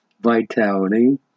vitality